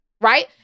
right